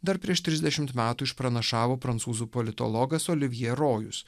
dar prieš trisdešimt metų išpranašavo prancūzų politologas olivje rojus